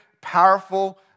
powerful